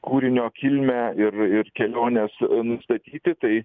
kūrinio kilmę ir ir keliones nustatyti tai